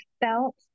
felt